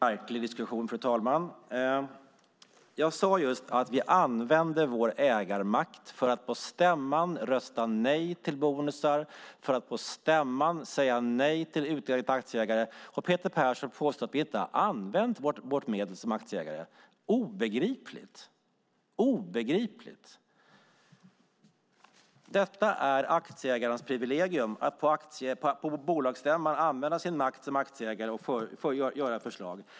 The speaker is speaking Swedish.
Fru talman! Det är en mycket märklig diskussion. Jag sade just att vi använde vår ägarmakt för att på stämman rösta nej till bonusar och för att på stämman säga nej till utdelning till aktieägare. Peter Persson påstår att vi inte har använt vårt medel som aktieägare. Det är obegripligt. Detta är aktieägarens privilegium, att på bolagsstämman använda sin makt som aktieägare och ge förslag.